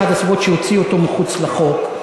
זו אחת הסיבות שהוציאו אותו מחוץ לחוק,